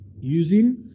Using